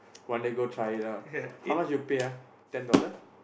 one day go try it out how much you pay ah ten dollar